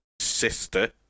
sister